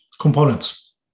components